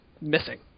missing